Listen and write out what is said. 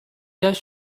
guys